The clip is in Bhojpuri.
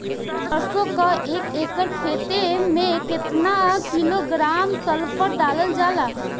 सरसों क एक एकड़ खेते में केतना किलोग्राम सल्फर डालल जाला?